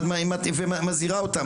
את מזהירה אותם.